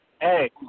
Hey